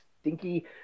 stinky